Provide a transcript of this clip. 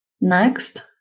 Next